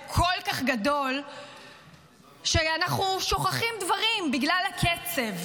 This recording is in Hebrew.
כל כך גדול שאנחנו שוכחים דברים בגלל הקצב.